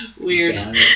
Weird